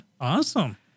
Awesome